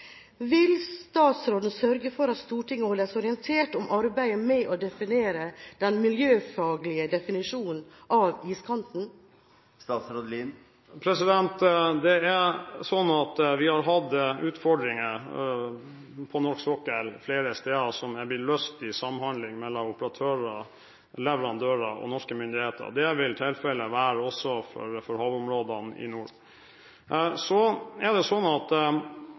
Vil statsråden sørge for at Stortinget holdes orientert om arbeidet med å definere den miljøfaglige definisjonen av iskanten? Vi har hatt utfordringer på norsk sokkel flere steder som er blitt løst i samhandling mellom operatører, leverandører og norske myndigheter. Det vil være tilfellet også for havområdene i nord. Så er